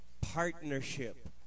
partnership